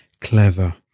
clever